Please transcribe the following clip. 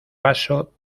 paso